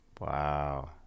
wow